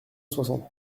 soixante